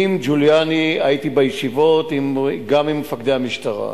עם ג'וליאני הייתי בישיבות, גם עם מפקדי המשטרה.